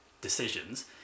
decisions